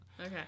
Okay